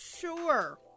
Sure